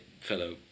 fellow